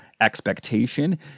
expectation